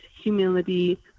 humility